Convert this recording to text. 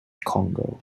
congo